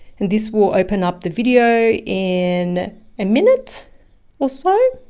and this will open up the video in a minute or so.